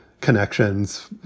connections